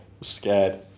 scared